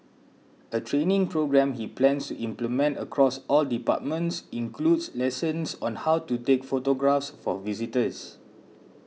a training programme he plans to implement across all departments includes lessons on how to take photographs for visitors